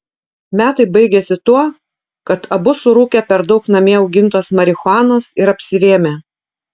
metai baigėsi tuo kad abu surūkė per daug namie augintos marihuanos ir apsivėmė